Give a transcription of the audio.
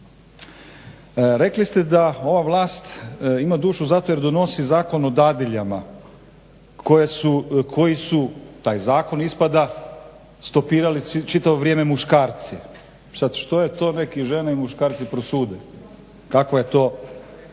Rekli ste da ova vlast ima dušu zato jer donosi Zakon o dadiljama koji su taj zakon ispada stopirali čitavo vrijeme muškarci. Sad što je to nek i žene i muškarci prosude kakva je to,